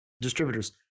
distributors